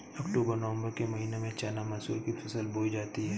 अक्टूबर नवम्बर के महीना में चना मसूर की फसल बोई जाती है?